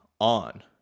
on